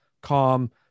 calm